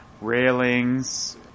railings